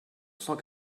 cent